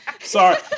Sorry